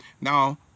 now